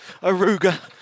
Aruga